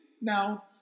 Now